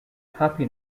happy